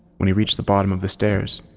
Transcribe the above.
when he reached the bottom of the stairs,